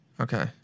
Okay